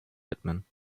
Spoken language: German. widmen